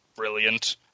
brilliant